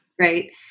right